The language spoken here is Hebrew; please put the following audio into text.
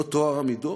לא טוהר המידות?